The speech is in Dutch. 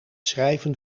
schrijven